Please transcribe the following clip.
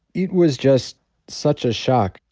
it was just such a shock.